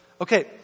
Okay